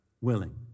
willing